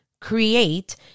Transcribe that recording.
create